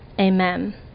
Amen